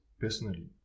personally